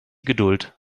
geduld